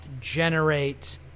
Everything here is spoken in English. generate